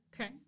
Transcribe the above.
Okay